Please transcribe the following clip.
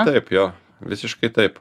taip jo visiškai taip